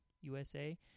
USA